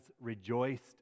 rejoiced